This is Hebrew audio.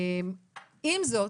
עם זאת,